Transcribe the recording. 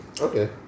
okay